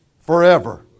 Forever